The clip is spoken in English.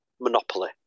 Monopoly